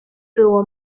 było